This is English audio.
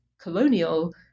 colonial